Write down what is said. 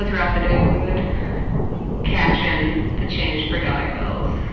throughout the day we would cash in the change for dollar bills.